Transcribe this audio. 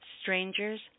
Strangers